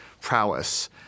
prowess